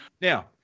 Now